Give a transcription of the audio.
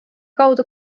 kaudu